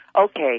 okay